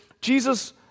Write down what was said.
Jesus